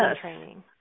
training